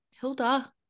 Hilda